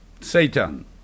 Satan